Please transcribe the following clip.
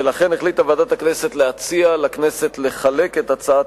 ולכן החליטה ועדת הכנסת להציע לכנסת לחלק את הצעת